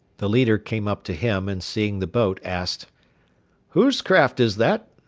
the leader came up to him, and, seeing the boat, asked whose craft is that?